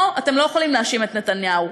פה אתם לא יכולים להאשים את נתניהו.